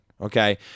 Okay